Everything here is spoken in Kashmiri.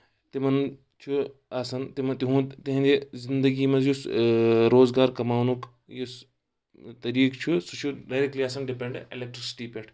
تِمَن چھُ آسَان تِمَن تِہُنٛد تہ تِہنٛدِ زِندگی منٛز یُس روزگار کَماونُک یُس طٔریٖقہٕ چھُ سُہ چھُ ڈایریکٹلی آسان ڈِپؠنٛڈ اؠلؠکٹرسٹی پؠٹھ